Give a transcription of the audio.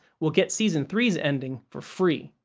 we'll get season three s ending for free.